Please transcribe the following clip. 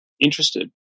interested